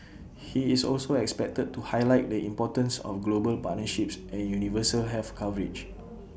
he is also expected to highlight the importance of global partnerships and universal health coverage